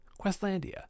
Questlandia